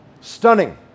Stunning